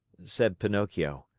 said pinocchio,